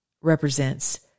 represents